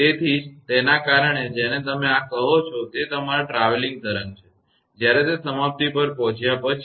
તેથી જ તેના કારણે જેને તમે આ કહો છો તે તમારા ટ્રાવેલીંગ તરંગ છે જ્યારે તે સમાપ્તિ પર પહોંચ્યા પછી